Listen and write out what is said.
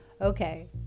Okay